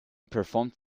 performed